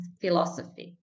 philosophy